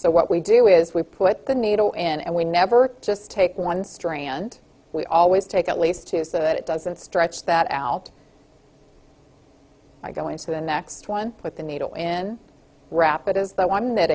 so what we do is we put the needle in and we never just take one strand we always take at least two so that it doesn't stretch that out i go into the next one with the needle in wrap it is the one that